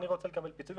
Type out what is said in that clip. אני רוצה לקבל פיצוי,